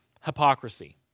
hypocrisy